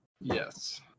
Yes